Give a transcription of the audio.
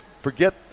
Forget